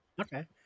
Okay